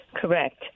Correct